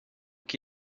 que